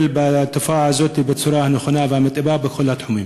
בתופעה הזאת בצורה הנכונה והמתאימה בכל התחומים.